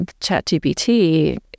ChatGPT